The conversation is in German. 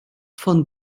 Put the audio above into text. von